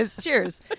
cheers